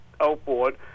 outboard